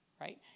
right